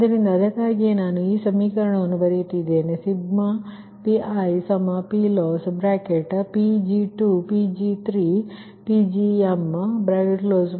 ಆದ್ದರಿಂದ ಅದಕ್ಕಾಗಿಯೇ ನಾನು ಈ ಸಮೀಕರಣವನ್ನು ಬರೆಯುತ್ತಿದ್ದೇನೆ i1mPgi PLossPg2Pg3Pgm PL0